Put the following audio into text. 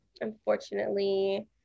unfortunately